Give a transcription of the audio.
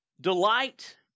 delight